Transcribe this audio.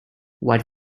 what